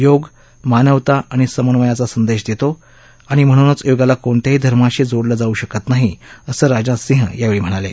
योग मानवता आणि समन्वयाचा संदेश देतो आणि म्हणूनच योगाला कोणत्याही धर्माशी जोडलं जाऊ शकत नाही असं राजनाथ सिंह यांनी यावेळी सांगितलं